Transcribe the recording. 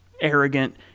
arrogant